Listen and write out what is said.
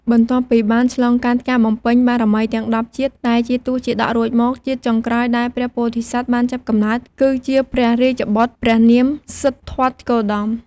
បន្ទាប់ពីបានឆ្លងកាត់ការបំពេញបារមីទាំង ១០ ជាតិ ដែលជា ទសជាតក រួចមក ជាតិចុងក្រោយដែលព្រះពោធិសត្វបានចាប់កំណើត គឺ ជាព្រះរាជបុត្រព្រះនាមសិទ្ធត្ថគោតម។